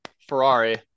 Ferrari